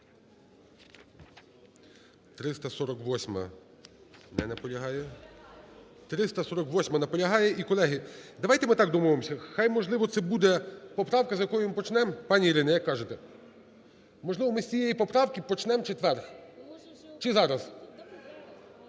348-а. Наполягає. І, колеги, давайте ми так домовимося, хай, можливо, це буде поправка, з якої ми почнемо. Пані Ірина, як скажете? Можливо, ми з цієї поправки почнемо в четвер? Чи зараз?